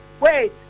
Wait